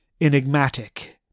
enigmatic